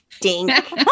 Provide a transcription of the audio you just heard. dink